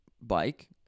bike